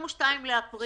ב-22 לאפריל.